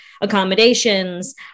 accommodations